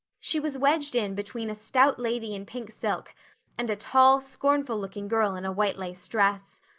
she was wedged in between a stout lady in pink silk and a tall, scornful-looking girl in a white-lace dress.